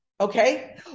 okay